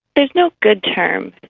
there's no good term.